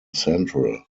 central